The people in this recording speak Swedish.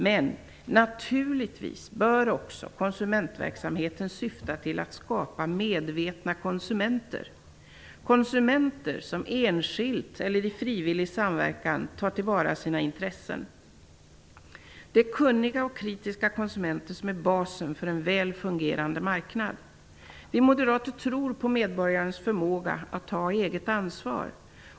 Men naturligtvis bör också konsumentverksamheten syfta till att skapa medvetna konsumenter - konsumenter som enskilt eller i frivillig samverkan tar till vara sina intressen. Det är kunniga och kritiska konsumenter som är basen för en väl fungerande marknad. Vi moderater tror på medborgarens förmåga att ta eget ansvar.